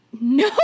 No